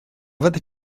fyddet